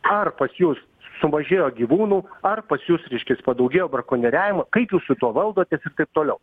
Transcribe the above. ar pas jus sumažėjo gyvūnų ar pas jus reiškias padaugėjo brakonieriavimo kaip jūs su tuo valdotės ir taip toliau